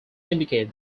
indicate